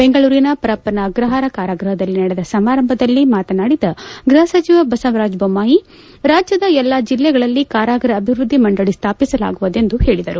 ಬೆಂಗಳೂರಿನ ಪರಪ್ಪನ ಆಗ್ರಹಾರ ಕಾರಾಗ್ಯಪದಲ್ಲಿ ನಡೆದ ಸಮಾರಂಭದಲ್ಲಿ ಮಾತನಾಡಿದ ಗ್ರಹ ಸಚಿವ ಬಸವರಾಜ ದೊಮ್ನಾಯಿ ರಾಜ್ಯದ ಎಲ್ಲಾ ಜೆಲ್ಲೆಗಳಲ್ಲಿ ಕಾರಾಗೃಹ ಅಭಿವೃದ್ದಿ ಮಂಡಳಿ ಸ್ಥಾಪಿಸಲಾಗುವುದು ಎಂದು ಹೇಳಿದರು